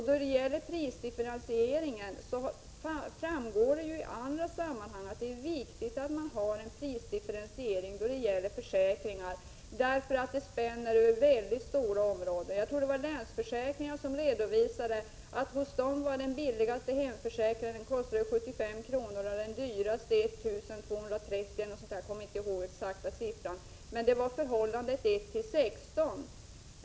Det framgår i andra sammanhang att det är viktigt att man har en prisdifferentiering när det gäller försäkringar, därför att de spänner över stora områden. Jag tror att det var Länsförsäkringar som redovisade att den billigaste hemförsäkringen hos dem kostade 75 kr. och den dyraste 1 230 kr. Jag kommer inte ihåg de exakta siffrorna, men storleksförhållandet var 1—16.